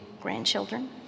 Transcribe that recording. grandchildren